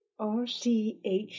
RCH